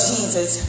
Jesus